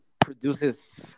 produces